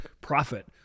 Profit